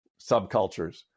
subcultures